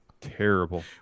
Terrible